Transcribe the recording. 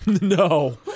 No